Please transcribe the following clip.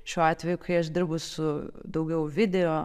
šiuo atveju kai aš dirbu su daugiau video